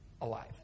alive